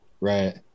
Right